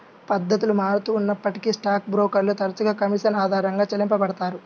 పద్ధతులు మారుతూ ఉన్నప్పటికీ స్టాక్ బ్రోకర్లు తరచుగా కమీషన్ ఆధారంగా చెల్లించబడతారు